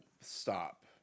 stop